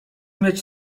mieć